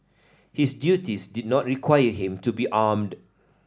his duties did not require him to be armed